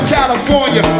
California